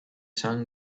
sun